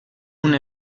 una